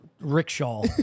rickshaw